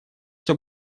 все